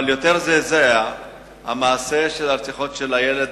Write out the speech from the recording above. אבל יותר זעזע המעשה של הרצח של הילד